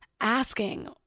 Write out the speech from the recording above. asking